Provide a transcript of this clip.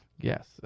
Yes